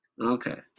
Okay